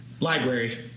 Library